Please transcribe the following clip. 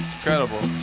Incredible